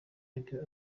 ibyo